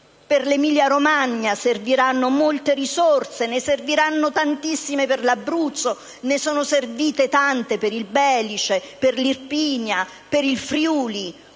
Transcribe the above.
Per l'Emilia-Romagna serviranno molte risorse, ne serviranno tantissime per l'Abruzzo, ne sono servite tante per il Belice, per l'Irpinia e per il Friuli.